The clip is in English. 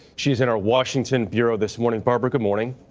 she's in our washington bureau this morning. barbara, good morning.